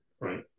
Right